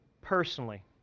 personally